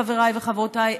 חבריי וחברותיי,